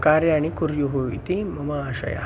कार्याणि कुर्युः इति मम आशयः